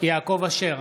יעקב אשר,